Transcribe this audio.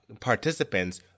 participants